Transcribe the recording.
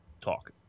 talk